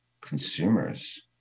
consumers